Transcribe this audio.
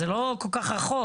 זה לא כל כך רחוק.